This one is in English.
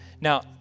Now